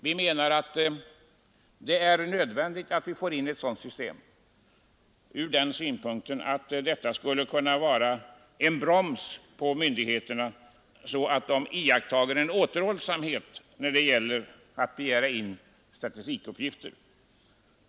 Vi menar att det är nödvändigt att vi får ett sådant system från den synpunkten att det skulle kunna verka som en broms på myndigheterna, så att de iakttar återhållsamhet när det gäller att begära in statistikuppgifter.